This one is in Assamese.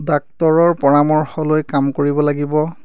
ডাক্তৰৰ পৰামৰ্শ লৈ কাম কৰিব লাগিব